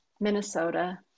Minnesota